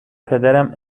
پدرم